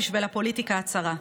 בשביל הפוליטיקה הצרה.